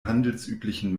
handelsüblichen